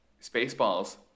Spaceballs